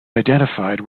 identified